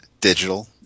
digital